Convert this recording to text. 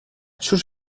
sus